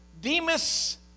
Demas